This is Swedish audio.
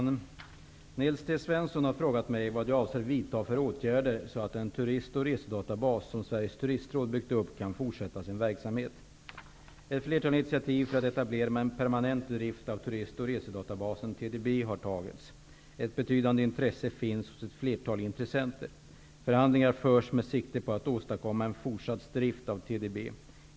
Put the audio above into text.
Herr talman! Nils T Svensson har frågat mig vad jag avser vidta för åtgärder så att den turist och resedatabas som Sveriges turistråd byggt upp kan fortsätta sin verksamhet. Ett flertal initiativ för att etablera en permanent drift av turism och resedatabasen, TDB, har tagits. Ett betydande intresse finns hos ett flertal intressenter. Förhandlingar förs med sikt på att åstadkomma en forsatt drift av TDB.